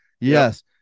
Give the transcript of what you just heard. Yes